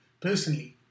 personally